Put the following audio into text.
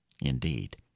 Indeed